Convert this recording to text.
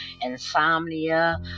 insomnia